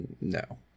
No